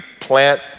plant